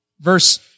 Verse